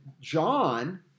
John